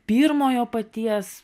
pirmojo paties